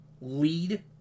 lead